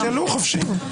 תשאלו, חופשי.